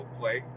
play